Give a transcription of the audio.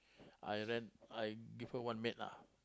I rent I give her one maid lah